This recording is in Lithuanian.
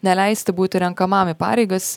neleisti būti renkamam į pareigas